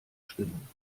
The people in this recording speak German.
schwimmen